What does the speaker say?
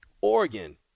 Oregon